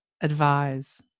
advise